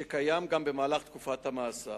שקיים גם במהלך תקופת המאסר.